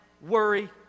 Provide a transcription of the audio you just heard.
worry